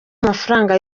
amafaranga